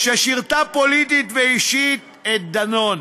ששירתה פוליטית ואישית את דנון.